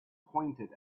pointed